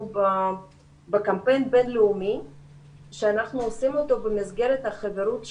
בקמפיין בין-לאומי שאנחנו עושים אותו במסגרת החברות שלנו,